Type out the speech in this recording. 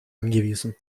angewiesen